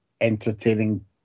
entertaining